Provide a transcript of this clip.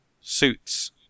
suits